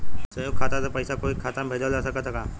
संयुक्त खाता से पयिसा कोई के खाता में भेजल जा सकत ह का?